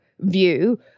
view